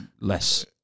less